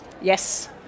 Yes